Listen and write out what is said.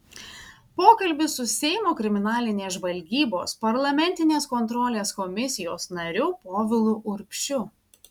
pokalbis su seimo kriminalinės žvalgybos parlamentinės kontrolės komisijos nariu povilu urbšiu